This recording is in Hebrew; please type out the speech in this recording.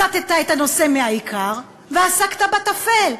הסטת את הנושא מהעיקר ועסקת בטפל.